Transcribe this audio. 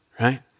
right